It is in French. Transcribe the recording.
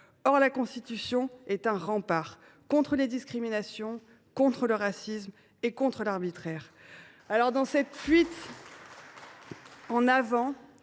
Or la Constitution est un rempart contre les discriminations, contre le racisme et contre l’arbitraire. Dans votre fuite en avant